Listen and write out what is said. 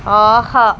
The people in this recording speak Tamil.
ஆஹா